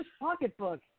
pocketbook